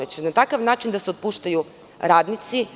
Da li će na takav način da se otpuštaju radnici?